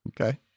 okay